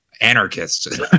anarchist